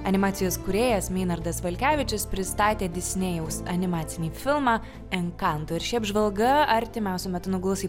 animacijos kūrėjas meinardas valkevičius pristatė disnėjaus animacinį filmą enkanto ir ši apžvalga artimiausiu metu nuguls į